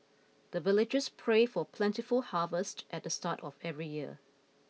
the villagers pray for plentiful harvest at the start of every year